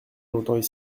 longtemps